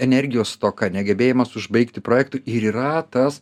energijos stoka negebėjimas užbaigti projektų ir yra tas